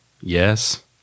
Yes